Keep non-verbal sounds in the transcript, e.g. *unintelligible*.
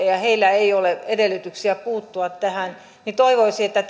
heillä ei ole edellytyksiä puuttua tähän niin että *unintelligible*